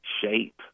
shape